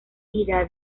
vida